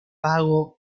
pago